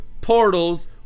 portals